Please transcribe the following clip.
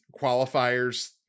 qualifiers